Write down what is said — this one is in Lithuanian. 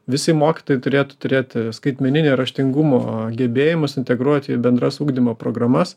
visi mokytojai turėtų turėti skaitmeninio raštingumo gebėjimus integruoti į bendras ugdymo programas